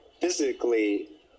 physically